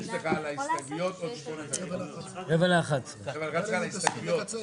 רביבו אמר לי שהגעתם להסכמה.